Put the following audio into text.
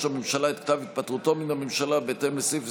הממשלה את כתב התפטרותו מן הממשלה בהתאם לסעיף 22(א)